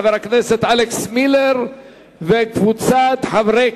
של חבר הכנסת אלכס מילר וקבוצת חברי